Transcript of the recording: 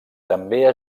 també